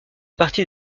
partie